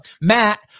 Matt